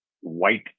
white